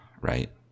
right